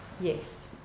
Yes